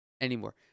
anymore